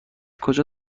کجا